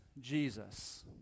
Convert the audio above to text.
Jesus